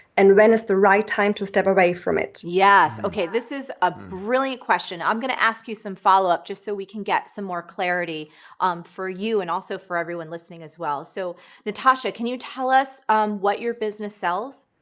and when it the right time to step away from it? okay, yes. okay this is a brilliant question. i'm gonna ask you some follow up just so we can get some more clarity for you and also for everyone listening as well. so natascha, can you tell us what your business sells?